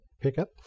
pickup